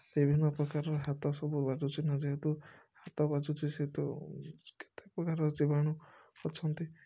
ବିଭିନ୍ନ ପ୍ରକାରର ହାତ ସବୁ ବାଜୁଛି ନା ଯେହେତୁ ହାତ ବାଜୁଛି ସେଇଠୁ କେତେପ୍ରକାର ଜୀବାଣୁ ଅଛନ୍ତି